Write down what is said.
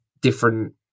different